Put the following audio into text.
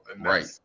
Right